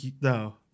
no